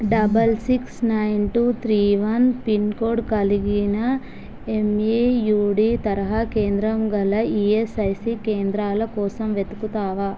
double six nine two three one pin code కలిగిన ఎమ్ఈయూడి తరహా కేంద్రం గల ఈఎస్ఐసి కేంద్రాల కోసం వెతుకుతావా